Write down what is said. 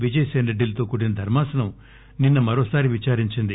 విజయసేన్రెడ్డిలతో కూడిన ధర్మాసనం నిన్న మరోసారి విచారించింది